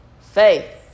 Faith